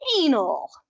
anal